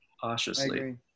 cautiously